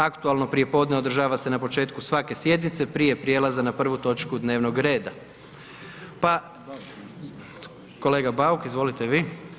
Aktualno prijepodne održava se na početku svake sjednice prije prijelaza na prvu točku dnevnog reda, pa kolega Bauk, izvolite vi.